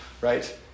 Right